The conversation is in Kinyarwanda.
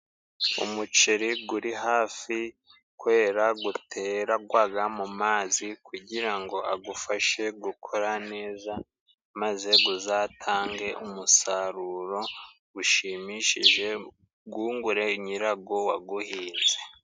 Umuceri guri hafi kwera, guterwaga mu mazi kugira agufashe gukora neza, maze uzatange umusaruro gushimishije, gungure nyirago waguhinze.